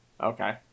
Okay